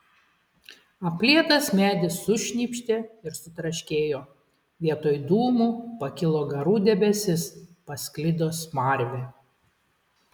aplietas medis sušnypštė ir sutraškėjo vietoj dūmų pakilo garų debesis pasklido smarvė